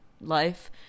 life